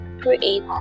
create